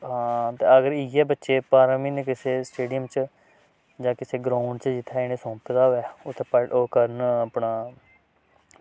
अगर इयै बच्चे बारां म्हीने कुसै स्टेडियम च जां कुसै ग्राऊंड च जित्थें इनेंगी सौंपे दा होऐ इत्थें ओह् करन अपना